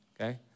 okay